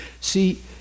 See